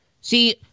See